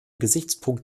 gesichtspunkt